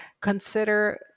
consider